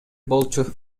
болчу